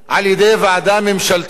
על-ידי ועדה ממשלתית,